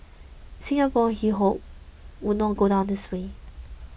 Singapore he hoped would not go down this way